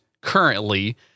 currently